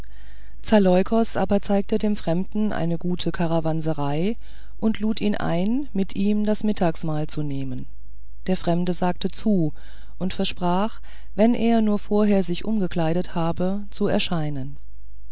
zaleukos aber zeigte dem fremden eine gute karawanserei und lud ihn ein mit ihm das mittagsmahl zu nehmen der fremde sagte zu und versprach wenn er nur vorher noch sich umgekleidet habe zu erscheinen